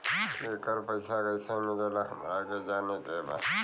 येकर पैसा कैसे मिलेला हमरा के जाने के बा?